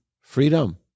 freedom